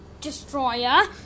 Destroyer